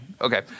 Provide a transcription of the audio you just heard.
Okay